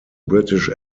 british